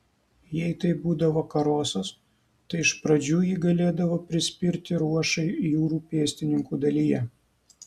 jei tai būdavo karosas tai iš pradžių jį galėdavo prispirti ruošai jūrų pėstininkų dalyje